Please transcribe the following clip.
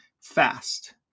fast